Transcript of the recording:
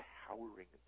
towering